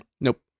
Nope